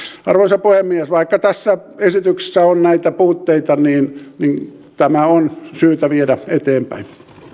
arvoisa puhemies vaikka tässä esityksessä on näitä puutteita niin niin tämä on syytä viedä eteenpäin